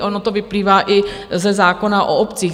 Ono to vyplývá i ze zákona o obcích.